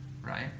right